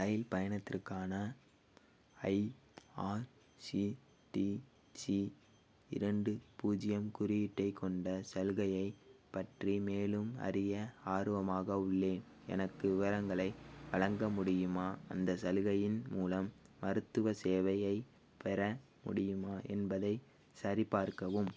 ரயில் பயணத்திற்கான ஐஆர்சிடிசி இரண்டு பூஜ்ஜியம் குறியீட்டைக் கொண்ட சலுகையைப் பற்றி மேலும் அறிய ஆர்வமாக உள்ளேன் எனக்கு விவரங்களை வழங்க முடியுமா அந்தச் சலுகையின் மூலம் மருத்துவச் சேவையைப் பெற முடியுமா என்பதை சரிபார்க்கவும்